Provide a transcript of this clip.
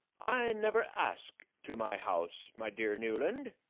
i never ask to my house, my dear newland,